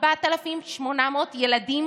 4,800 ילדים